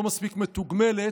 לא מספיק מתוגמלת,